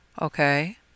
Okay